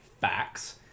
facts